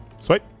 Sweet